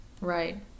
right